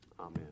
amen